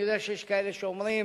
אני יודע שיש כאלה שאומרים: